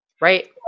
Right